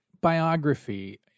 Biography